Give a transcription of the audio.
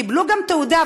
קיבלו גם תעודה.